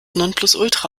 nonplusultra